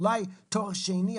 אולי תואר שני,